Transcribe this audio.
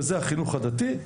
וזה החינוך הדתי,